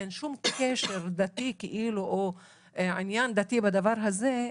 אין שום קשר דתי או עניין דתי בדבר הזה,